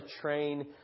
train